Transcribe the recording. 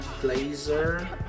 Blazer